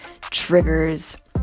triggers